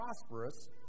prosperous